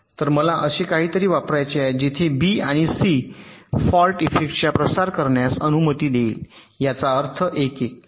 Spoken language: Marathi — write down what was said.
तर मला असे काहीतरी वापरायचे आहे जेथे बी आणि सी फॉल्ट इफेक्टचा प्रसार करण्यास अनुमती देईल याचा अर्थ 1 1